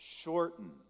shorten